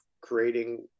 creating